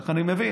ככה אני מבין.